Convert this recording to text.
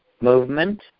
movement